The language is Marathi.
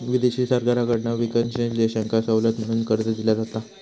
विदेशी सरकारकडना विकसनशील देशांका सवलत म्हणून कर्ज दिला जाता